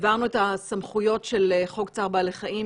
העברנו את הסמכויות של חוק צער בעלי החיים,